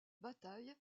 bataille